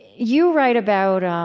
you write about